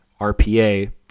RPA